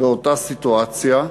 באותה הסיטואציה.